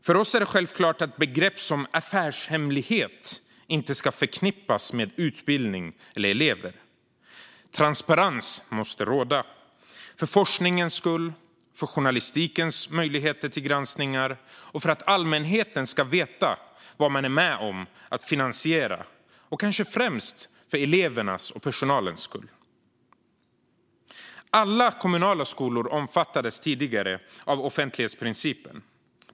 För oss är det självklart att begrepp som affärshemlighet inte ska förknippas med utbildning eller elever. Transparens måste råda - för forskningens skull, för journalistikens möjligheter till granskning, för att allmänheten ska veta vad man är med om att finansiera och kanske främst för elevernas och personalens skull. Alla kommunala skolor omfattades tidigare av offentlighetsprincipen.